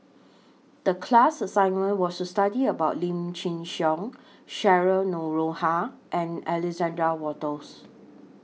The class assignment was to study about Lim Chin Siong Cheryl Noronha and Alexander Wolters